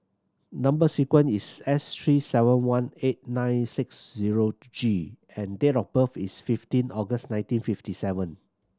number sequence is S three seven one eight nine six zero G and date of birth is fifteen August nineteen fifty seven